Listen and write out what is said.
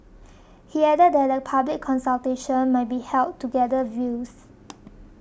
he added that a public consultation might be held to gather views